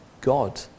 God